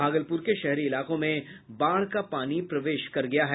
भागलपुर के शहरी इलाकों में बाढ़ का पानी प्रवेश कर गया है